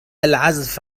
العزف